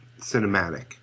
cinematic